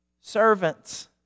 Servants